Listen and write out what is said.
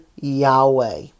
Yahweh